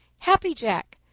happy jack,